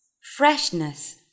freshness